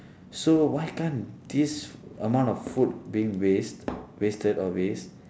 so why can't this amount of food being waste wasted or waste